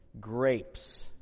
Grapes